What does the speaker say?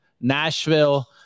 Nashville